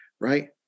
right